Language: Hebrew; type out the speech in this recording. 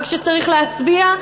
אבל כשצריך להצביע,